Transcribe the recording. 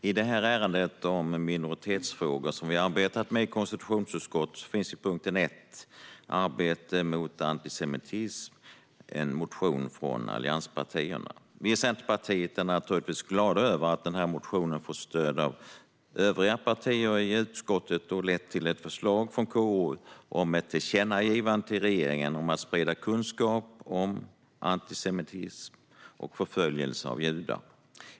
Fru talman! I detta ärende om minoritetsfrågor som vi har arbetat med i konstitutionsutskottet finns det under punkt 1, Arbete mot antisemitism, en motion från allianspartierna. Vi i Centerpartiet är naturligtvis glada över att motionen får stöd från övriga partier i utskottet och att det har lett till ett förslag från KU om ett tillkännagivande till regeringen om att sprida kunskap om antisemitism och förföljelser av judar.